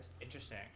interesting